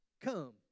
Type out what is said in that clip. come